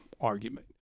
argument